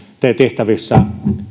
tehtävissä